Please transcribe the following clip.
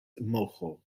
mojo